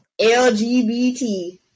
LGBT